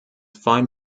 fine